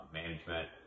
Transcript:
management